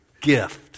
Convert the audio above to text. gift